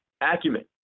acumen